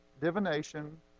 divination